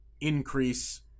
increase